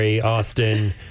Austin